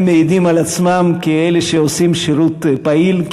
הם מעידים על עצמם ככאלה שעושים שירות פעיל,